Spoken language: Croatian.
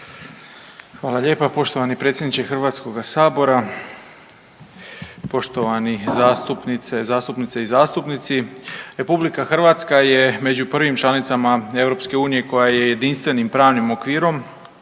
Hvala lijepa poštovani predsjedniče Hrvatskoga sabora, poštovani zastupnice i zastupnici. Republika Hrvatska je među prvim članicama EU koja je jedinstvenim pravnim okvirom